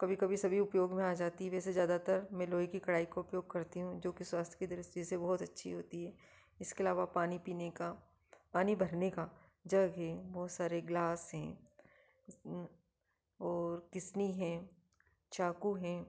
कभी कभी सभी उपयोग में आ जाती हैं वैसे जादातर मैं लोहे की कढ़ाई को उपयोग करती हूँ जो कि स्वास्थ की दृष्टी से बहुत अच्छी होती है इसके अलावा पानी पीने का पानी भरने का जग हे बहुत सारे ग्लास हैं और किस्नी हैं चाकू हैं